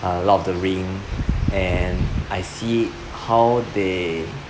uh lord of the ring and I see how they